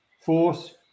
force